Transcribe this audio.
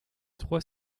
trois